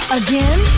again